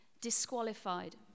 disqualified